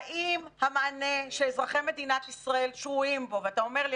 האם המענה שאזרחי מדינת ישראל שרויים בו - ואתה אומר לי,